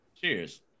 cheers